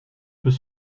peut